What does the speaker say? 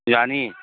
ꯌꯥꯅꯤ